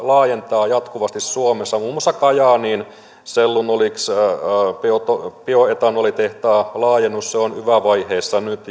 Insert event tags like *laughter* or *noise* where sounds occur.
laajentaa jatkuvasti suomessa muun muassa kajaaniin cellunolix bioetanolitehtaan laajennus on yva vaiheessa nyt *unintelligible*